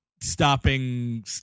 stopping